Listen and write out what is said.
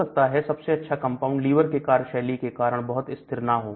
हो सकता है सबसे अच्छा कंपाउंड लीवर के कार्यशैली के कारण बहुत स्थिर ना हो